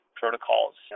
protocols